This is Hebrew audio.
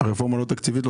היא לא תקציבית?